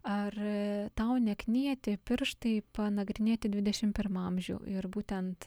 ar tau neknieti pirštai panagrinėti dvidešim pirmą amžių ir būtent